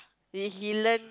did he learn